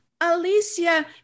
Alicia